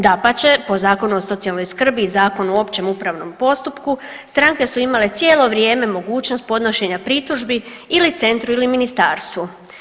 Dapače po Zakonu o socijalnoj skrbi i Zakonu o općem upravnom postupku stranke su imale cijelo vrijeme mogućnost podnošenja pritužbi ili centru ili ministarstvu.